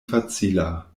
facila